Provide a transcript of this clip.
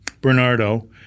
Bernardo